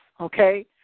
Okay